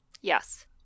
Yes